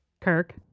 Kirk